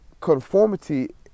conformity